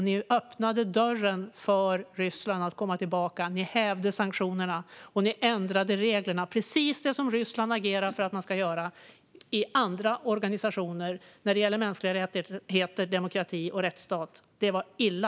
Ni öppnade dörren för att Ryssland skulle kunna komma tillbaka. Ni hävde sanktionerna, och ni ändrade reglerna - precis det som Ryssland agerar för att man ska göra i andra organisationer när det gäller mänskliga rättigheter, demokrati och rättsstat. Det var illa!